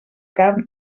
carn